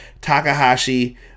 Takahashi